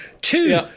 two